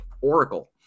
oracle